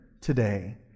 today